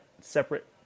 separate